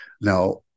Now